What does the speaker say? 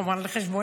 כמובן על חשבוני,